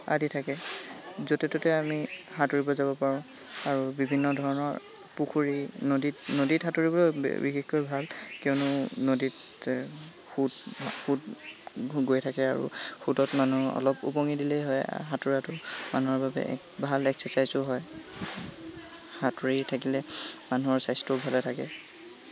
আদি থাকে য'তে ত'তে আমি সাঁতুৰিব যাব পাৰোঁ আৰু বিভিন্ন ধৰণৰ পুখুৰী নদীত নদীত সাঁতুৰিব বিশেষকৈ ভাল কিয়নো নদীত সোঁত সোঁত গৈ থাকে আৰু সোঁতত মানুহ অলপ উপঙী দিলেই হয় সাঁতোৰাটো মানুহৰ বাবে এক ভাল এক্সাৰ্চাইজো হয় সাঁতুৰি থাকিলে মানুহৰ স্বাস্থ্যও ভালে থাকে